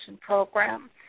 program